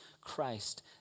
Christ